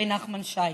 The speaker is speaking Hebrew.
חברי נחמן שי,